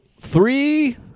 three